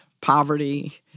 poverty